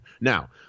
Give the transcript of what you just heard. now